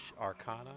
Arcana